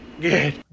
Good